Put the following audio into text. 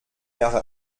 jahre